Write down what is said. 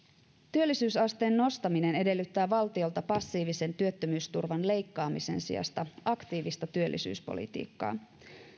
työllisyysasteen nostaminen edellyttää valtiolta passiivisen työttömyysturvan leikkaamisen sijasta aktiivista työllisyyspolitiikkaa